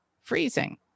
freezing